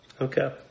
Okay